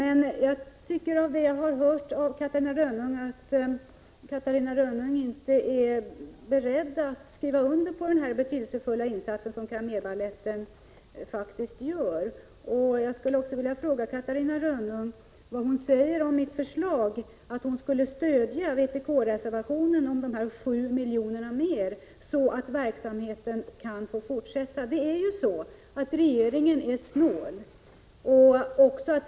Av det Catarina Rönnung sagt tycker jag mig förstå att hon inte är beredd att skriva under att Cramérbalettens verksamhet är mycket betydelsefull. Jag skulle vilja fråga Catarina Rönnung vad hon säger om mitt förslag att hon skall stödja vpk-reservationen om dessa ytterligare 7 milj.kr., så att verksamheten kan få fortsätta. Regeringen är snål.